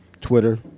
Twitter